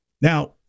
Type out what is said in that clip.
Now